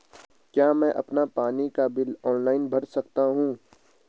क्या मैं अपना पानी का बिल ऑनलाइन भर सकता हूँ?